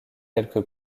quelque